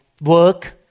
work